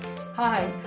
Hi